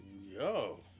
yo